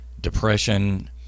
depression